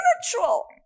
spiritual